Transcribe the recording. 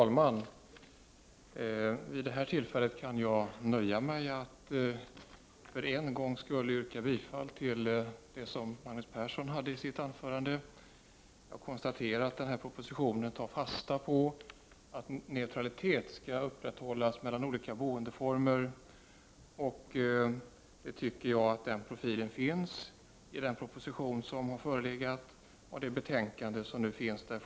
Fru talman! För en gångs skull nöjer jag mig med att instämma i Magnus Perssons bifallsyrkande. Jag konstaterar att propositionen tar fasta på det faktum att neutralitet skall upprätthållas mellan olika boendeformer. Jag tycker att den propositon som betänkandet i fråga baserar sig på har den profilen.